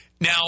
Now